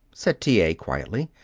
said t. a, quietly.